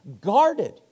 guarded